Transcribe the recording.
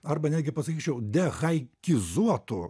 arba netgi pasakyčiau dehaikizuotu